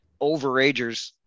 overagers